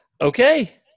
Okay